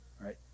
Right